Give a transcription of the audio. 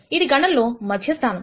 ఇది గణన లో మధ్య స్థానం